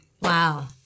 Wow